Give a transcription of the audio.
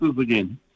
again